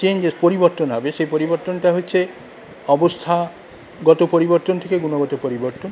চেঞ্জের পরিবর্তন হবে সে পরিবর্তনটা হচ্ছে অবস্থাগত পরিবর্তন থেকে গুণগত পরিবর্তন